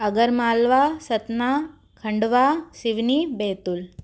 अगर मालवा सतना खंडवा शिवनी बैतूल